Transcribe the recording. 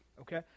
Okay